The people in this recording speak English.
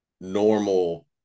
normal